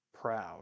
proud